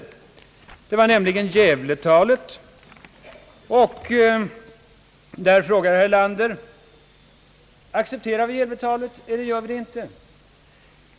Accepterar ni Gävletalet eller inte? frågade herr Erlander.